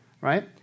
right